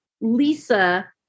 lisa